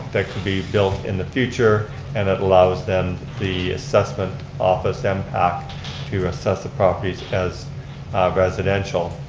that could be built in the future and it allows them the assessment office impact to assess the properties as residential.